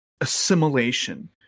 assimilation